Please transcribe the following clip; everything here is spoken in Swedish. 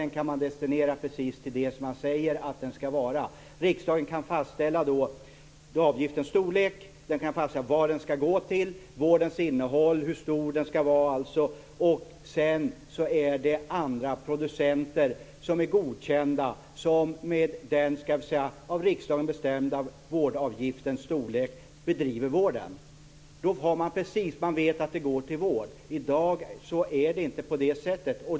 Den kan destinera precis till det som man säger att den skall vara till. Riksdagen kan fastställa avgiftens storlek, vad den skall gå till, vårdens innehåll och hur stor den skall vara. Sedan är det andra godkända producenter som med den av riksdagens bestämda vårdavgiften bedriver vården. Då vet man att pengarna går till vård. I dag är det inte på det sättet.